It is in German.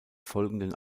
folgenden